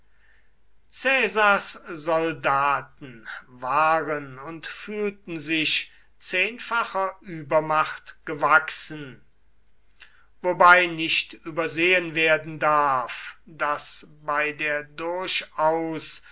caesars soldaten waren und fühlten sich zehnfacher übermacht gewachsen wobei nicht übersehen werden darf daß bei der durchaus